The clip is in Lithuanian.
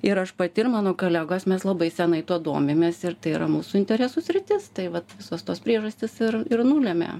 ir aš pati ir mano kolegos mes labai senai tuo domimės ir tai yra mūsų interesų sritis tai vat visos tos priežastys ir ir nulėmė